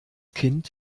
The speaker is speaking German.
kind